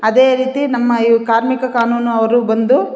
ಅದೇ ರೀತಿ ನಮ್ಮ ಇವು ಕಾರ್ಮಿಕ ಕಾನೂನು ಅವರು ಬಂದು